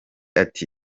ati